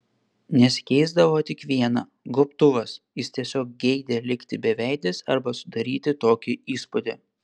nesikeisdavo tik viena gobtuvas jis tiesiog geidė likti beveidis arba sudaryti tokį įspūdį